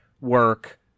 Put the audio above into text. work